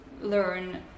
learn